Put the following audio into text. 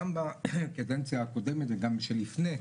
גם בקדנציה הקודמת וגם שלפניה,